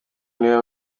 niwe